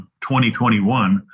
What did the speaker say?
2021